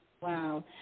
wow